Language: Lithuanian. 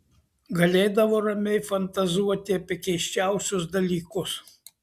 galėdavo ramiai fantazuoti apie keisčiausius dalykus